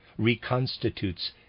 reconstitutes